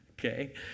okay